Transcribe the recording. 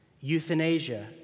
euthanasia